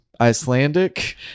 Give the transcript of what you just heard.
Icelandic